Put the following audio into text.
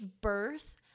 birth